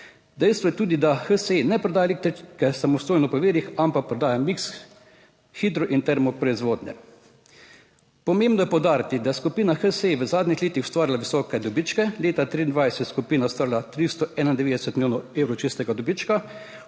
Dejstvo je tudi, da HSE ne prodaja elektrike samostojno / nerazumljivo/, ampak prodaja miks hidro in termoproizvodnje. Pomembno je poudariti, da je skupina HSE v zadnjih letih ustvarila visoke dobičke. Leta 2023 je skupina ustvarila 391 milijonov evrov čistega dobička,